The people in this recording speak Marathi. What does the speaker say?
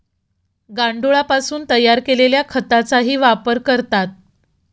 गांडुळापासून तयार केलेल्या खताचाही वापर करतात